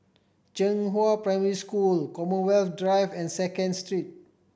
Zhenghua Primary School Commonwealth Drive and Second Street